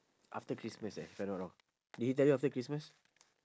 after christmas eh if I'm not wrong did you tell him after christmas